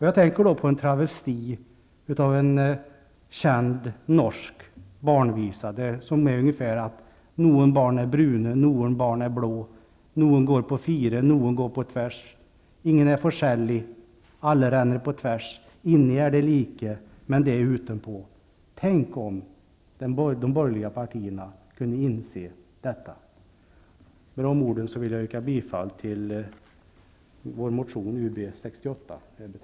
Jag tänker på en travesti av en känd norsk barnvisa som är ungefär så här: men det är utenpå. Tänk om ni i de borgerliga partierna kunde inse detta! Med dessa ord yrkar jag bifall till yrkandena 1 och